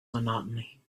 monotony